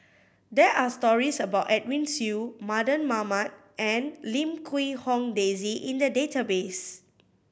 there are stories about Edwin Siew Mardan Mamat and Lim Quee Hong Daisy in the database